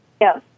yes